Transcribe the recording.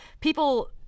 people